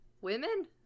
Women